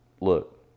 look